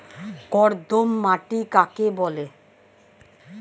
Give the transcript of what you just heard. কর্দম মাটি কাকে বলে?